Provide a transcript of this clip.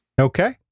Okay